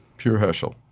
pure heschel.